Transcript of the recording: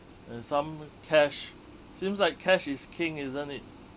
and some cash seems like cash is king isn't it